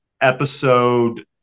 episode